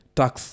tax